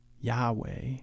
Yahweh